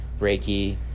Reiki